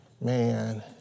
man